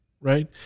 right